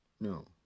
No